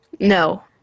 No